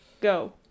go